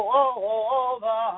over